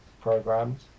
programs